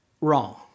Wrong